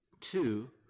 Two